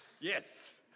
yes